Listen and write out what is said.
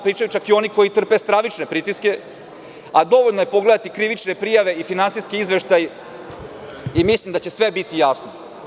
Pričaju čak i oni koji trpe stravične pritiske, a dovoljno je pogledati krivične prijave i finansijski izveštaj i mislim da će sve biti jasno.